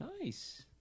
nice